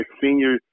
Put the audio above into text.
senior